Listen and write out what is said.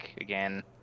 Again